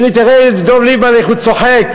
הנה, תראה את דב ליפמן, איך הוא צוחק.